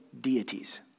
deities